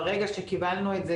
ברגע שקיבלנו את זה,